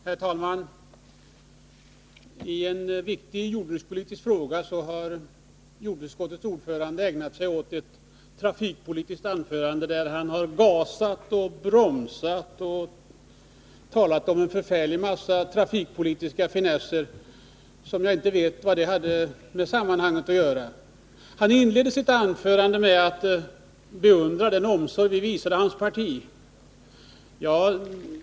Herr talman! I en viktig jordbrukspolitisk fråga har jordbruksutskottets ordförande ägnat sig åt ett trafikpolitiskt anförande, där han har gasat, bromsat och talat om en förfärlig massa trafikpolitiska finesser. Jag vet inte vad dessa saker har att göra med den fråga vi skall diskutera. Han inledde sitt anförande med att säga att han beundrade den omsorg vi visade hans parti.